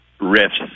rifts